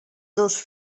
dos